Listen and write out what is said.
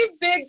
big